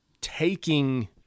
taking